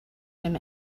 him